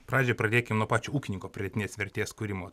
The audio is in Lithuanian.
pradžiai pradėkim nuo pačio ūkininko pridėtinės vertės kūrimo